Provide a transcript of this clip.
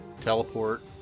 Teleport